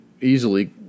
easily